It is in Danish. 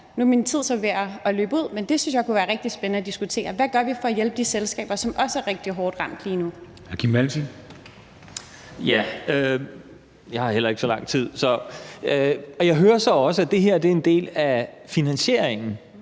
nu er min tid så ved at løbe ud, men det synes jeg kunne være rigtig spændende at diskutere. Hvad gør vi for at hjælpe de selskaber, som også er rigtig hårdt ramt lige nu? Kl. 13:50 Formanden (Henrik Dam Kristensen): Hr. Kim Valentin.